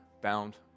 bound